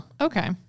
Okay